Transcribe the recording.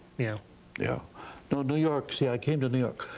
yeah yeah no new york, see i came to new york,